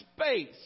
space